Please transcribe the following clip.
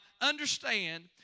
understand